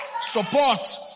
Support